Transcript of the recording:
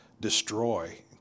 destroy